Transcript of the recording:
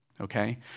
Okay